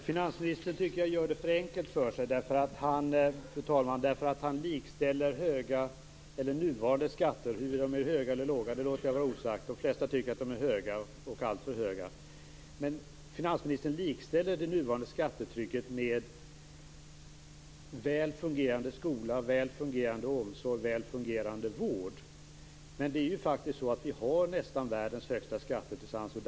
Fru talman! Jag tycker att finansministern gör det för enkelt för sig. Han likställer nämligen nuvarande skatter - huruvida de är höga eller låga låter jag vara osagt, men de flesta tycker att de är alltför höga - och det nuvarande skattetrycket med väl fungerande skola, omsorg och vård. Sverige har tillsammans med Danmark världens högsta skatter.